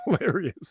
hilarious